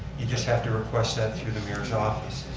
you just have to request that through the mayor's office.